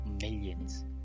millions